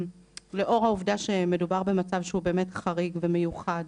לאור העובדה שמדובר במצב שהוא באמת חריג ומיוחד,